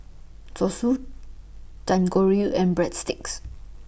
Zosui Dangojiru and Breadsticks